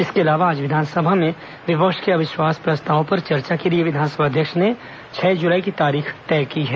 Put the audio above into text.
इसके अलावा आज विधानसभा में विपक्ष के अविश्वास प्रस्ताव पर चर्चा के लिए विधानसभा अध्यक्ष ने छह जुलाई की तारीख तय की है